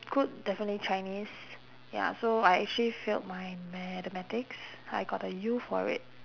good definitely chinese ya so I actually failed my mathematics I got a U for it